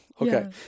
Okay